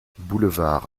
boulevard